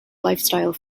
lifestyle